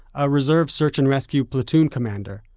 a reserve search-and-rescue platoon commander,